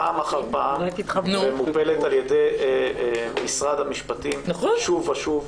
פעם אחר פעם מופלת על ידי משרד המשפטים שוב ושוב.